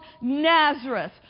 Nazareth